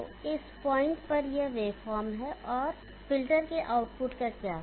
तो इस पॉइंट पर यह वेवफॉर्म है और फ़िल्टर के आउटपुट का क्या